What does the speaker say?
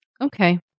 Okay